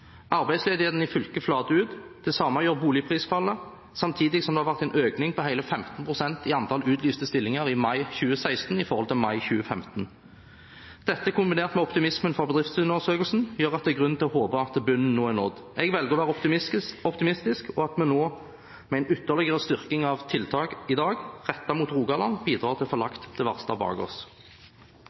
Arbeidsledigheten i fylket flater ut. Det samme gjør boligprisfallet, samtidig som det har vært en økning på hele 15 pst. i antall utlyste stillinger i mai 2016 i forhold til i mai 2015. Dette, kombinert med optimismen fra bedriftsundersøkelsen, gir grunn til å håpe at bunnen nå er nådd. Jeg velger å være optimistisk, og at vi nå, med en ytterligere styrking av tiltak i dag rettet mot Rogaland, bidrar til at vi får lagt det verste bak oss.